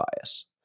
bias